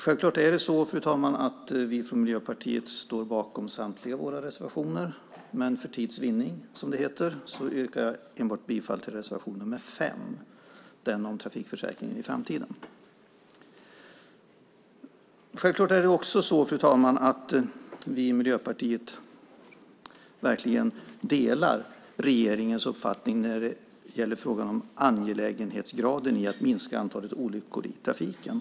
Självklart står vi från Miljöpartiet bakom samtliga våra reservationer men för tids vinnande yrkar jag bifall endast till reservation nr 5, den om trafikförsäkringen i framtiden. Vi i Miljöpartiet delar regeringens uppfattning när det gäller angelägenhetsgraden i att minska antalet olyckor i trafiken.